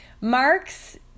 Marx